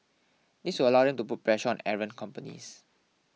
this will allow them to put pressure on errant companies